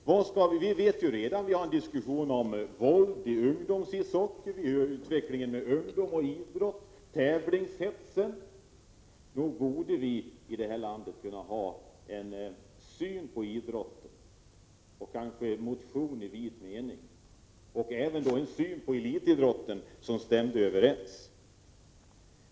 Vi vet redan resultatet. Vi har en diskussion om våld i ungdomsishockey, vi hör uppgifter om tävlingshetsen när det gäller ungdom och idrott, osv. Nog borde vi i detta land kunna ha en syn på idrott och motion i vid mening och även på elitidrotten som stämde överens.